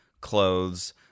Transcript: clothes